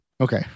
Okay